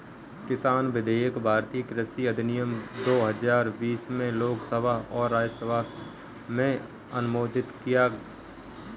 किसान विधेयक भारतीय कृषि अधिनियम दो हजार बीस में लोकसभा और राज्यसभा में अनुमोदित किया